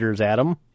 Adam